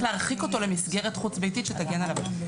להרחיק אותו למסגרת חוץ ביתית שתגן עליו.